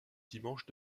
dimanche